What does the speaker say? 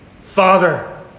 Father